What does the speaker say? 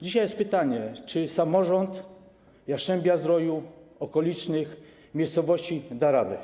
Dzisiaj jest pytanie: Czy samorząd Jastrzębia-Zdroju, okolicznych miejscowości da radę?